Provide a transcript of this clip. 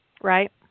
right